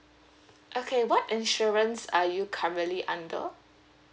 okay what insurance are you currently under